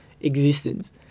existence